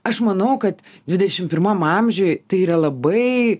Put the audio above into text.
aš manau kad dvidešimt pirmam amžiuj tai yra labai